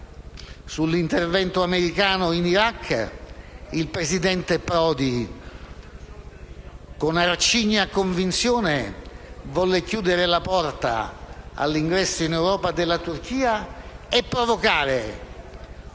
sull'intervento americano in Iraq, il presidente Prodi, con arcigna convinzione, volle chiudere la porta all'ingresso in Europa della Turchia e provocare